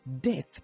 Death